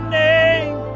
name